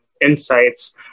insights